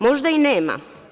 Možda i nema.